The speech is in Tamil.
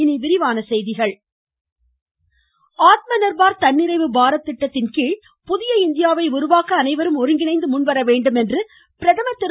ம் ம் ம் ம் ம் ம் ம பிரதமர் ஆத்ம நிர்பார் தன்னிறைவு பாரத திட்டத்தின்கீழ் புதிய இந்தியாவை உருவாக்க அனைவரும் ஒருங்கிணைந்து முன்வரவேண்டும் என்று பிரதமர் திரு